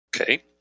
Okay